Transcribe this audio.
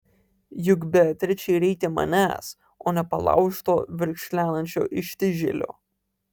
juk beatričei reikia manęs o ne palaužto verkšlenančio ištižėlio